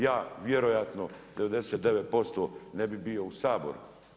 Ja vjerojatno 99% ne bi bio u Saboru.